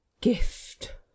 Gift